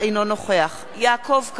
אינו נוכח יעקב כץ,